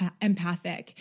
empathic